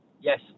Yes